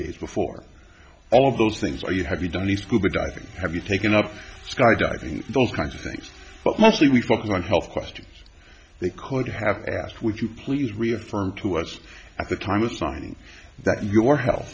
days before all of those things are you have you done these google diving have you taken up skydiving those kinds of things but mostly we focus on health questions they could have asked would you please reaffirm to us at the time a sign that your health